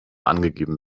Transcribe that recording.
angegeben